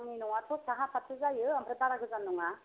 आंनि न'आथ' साहा फारसे जायो आमफ्राय बारा गोजान नङा